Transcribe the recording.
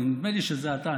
נדמה לי שזה אתה,